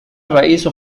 الرئيس